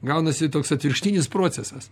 gaunasi toks atvirkštinis procesas